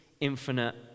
infinite